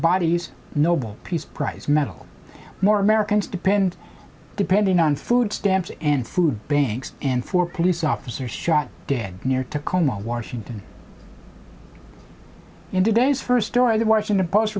bodies noble peace prize medal more americans depend depending on food stamps and food banks and four police officers shot dead near tacoma washington in today's first story the washington post